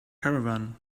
caravan